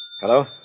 Hello